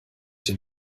den